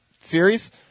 series